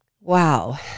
Wow